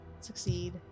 Succeed